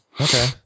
Okay